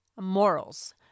morals